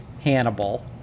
Hannibal